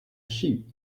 sheep